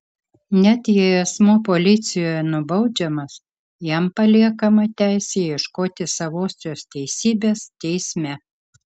net jei asmuo policijoje nubaudžiamas jam paliekama teisė ieškoti savosios teisybės teisme